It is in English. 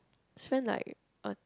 spent like a